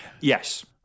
yes